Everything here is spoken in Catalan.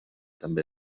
també